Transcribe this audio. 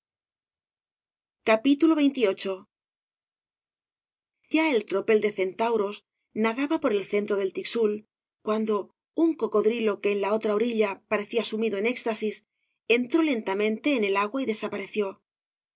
de bradomin a el tropel de centauros nadaba por el centro deltixul cuando un cocodrilo que en la otra orilla parecía sumido en éxtasis entró isj lentamente en el agua y desapareció